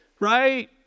right